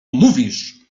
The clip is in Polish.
mówisz